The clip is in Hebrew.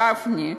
גפני,